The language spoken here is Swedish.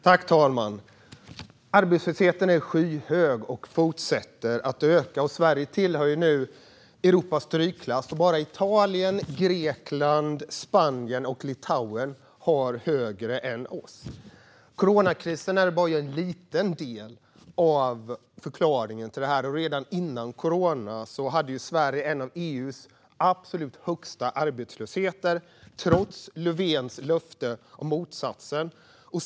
Fru talman! Arbetslösheten är skyhög och fortsätter att öka. Sverige tillhör nu Europas strykklass - bara Italien, Grekland, Spanien och Litauen har högre arbetslöshet än vi. Coronakrisen är bara en liten del av förklaringen till detta. Redan före corona var arbetslösheten i Sverige en av EU:s absolut högsta, trots Löfvens löfte om motsatsen.